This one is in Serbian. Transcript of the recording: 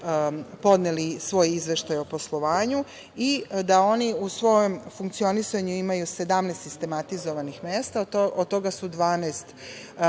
podneli svoj izveštaj o poslovanju i da oni u svom funkcionisanju imaju 17 sistematizovanih mesta. Od toga su 12